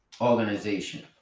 organization